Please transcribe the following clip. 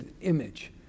image